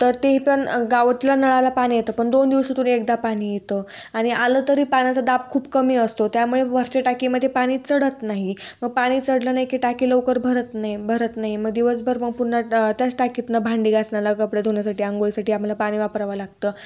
तर ते पण गावातल्या नळाला पाणी येतं पण दोन दिवसातून एकदा पाणी येतं आणि आलं तरी पाण्याचा दाब खूप कमी असतो त्यामुळे वरच्या टाकीमध्ये पाणी चढत नाही मग पाणी चढलं नाही की टाकी लवकर भरत नाही भरत नाही मग दिवसभर मग पुनना त्याच टाकीतून भांडी घासणाला कपडे धुण्यासाठी आंंघोळीसाठी आम्हाला पाणी वापरावं लागतं